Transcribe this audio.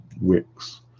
wicks